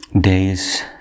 days